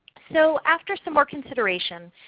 so after some more consideration,